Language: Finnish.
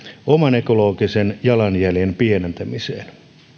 oman ekologisen jalanjäljen pienentämiseen